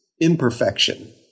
imperfection